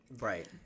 Right